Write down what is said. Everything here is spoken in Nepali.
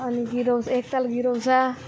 अनि गिराउँछ एकताल गिराउँछ